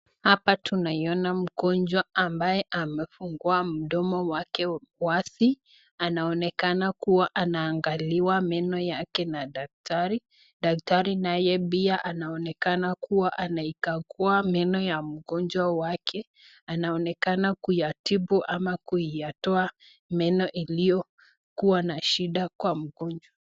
Hapa tunaiona mgonjwa ambaye amefungua mdomo wake wazi, anaonekana kuwa anaangaliwa meno yake na daktari, daktari naye pia anaonekana kuwa anaikagua meno ya mgonjwa wake, anaonekana kuyatibu ama kuyatoa meno iliyokuwa na shida kwa mgonjwa.